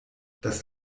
das